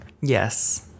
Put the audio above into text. Yes